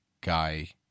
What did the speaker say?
guy